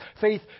faith